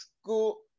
school